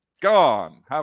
gone